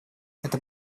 это